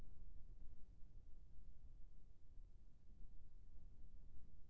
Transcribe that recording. Cheque ला जमा करे ले मोर खाता मा कतक दिन मा पैसा जमा होही?